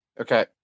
Okay